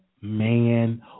man